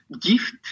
gift